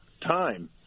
time